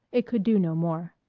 it could do no more.